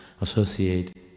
associate